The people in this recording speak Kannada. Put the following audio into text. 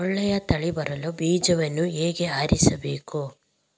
ಒಳ್ಳೆಯ ತಳಿ ಬರಲು ಬೀಜವನ್ನು ಹೇಗೆ ಆರಿಸಬೇಕು?